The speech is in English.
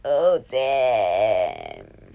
oh damn